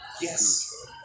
Yes